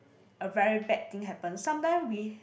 a very bad thing happen sometime we